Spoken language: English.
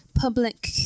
public